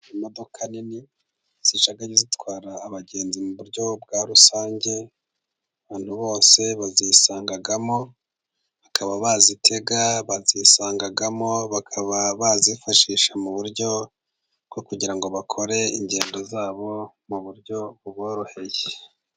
Imodoka nini zijya zitwara abagenzi mu buryo bwa rusange, abantu bose bazisangamo, bakaba bazitega, bazisangamo bakaba, bazifashisha mu buryo bwo kugira ngo bakore ingendo zabo, mu buryo buboroheye.